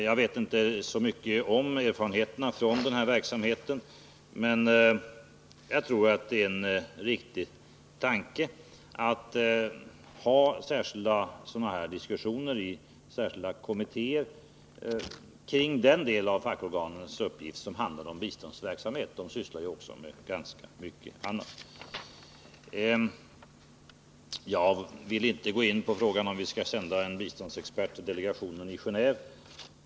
Jag vet inte så mycket om erfarenheterna från den här verksamheten, men jag tror att det är en riktig tanke att ha diskussioner i särskilda kommittéer kring den del av fackorganens uppgift som handlar om biståndsverksamhet. De sysslar ju också med ganska mycket annat. Jag vill inte gå in på frågan om vi skall sända en biståndsexpert till delegationen i Genåve.